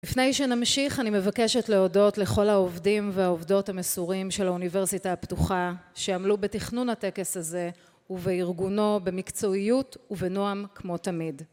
לפני שנמשיך אני מבקשת להודות לכל העובדים והעובדות המסורים של האוניברסיטה הפתוחה שעמלו בתכנון הטקס הזה ובארגונו במקצועיות ובנועם כמו תמיד